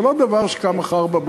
זה לא דבר שקם מחר בבוקר.